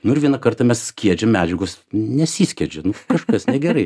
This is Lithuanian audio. nu ir vieną kartą mes skiedžiam medžiagos nesiskiedžia kažkas negerai